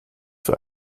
für